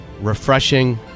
Refreshing